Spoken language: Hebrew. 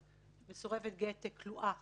מסורבת גט כלואה